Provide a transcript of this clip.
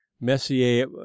Messier